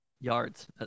Yards